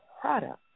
product